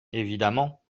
évidemment